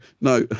No